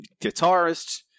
guitarist